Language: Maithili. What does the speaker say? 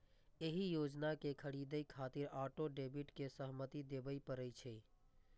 एहि योजना कें खरीदै खातिर ऑटो डेबिट के सहमति देबय पड़ै छै